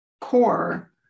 core